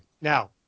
Now